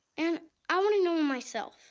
and i want to know him myself.